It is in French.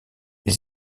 les